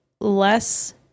less